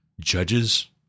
judges